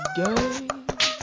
game